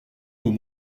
pour